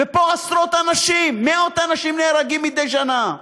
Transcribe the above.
ופה, עשרות אנשים, מאות אנשים נהרגים מדי שנה.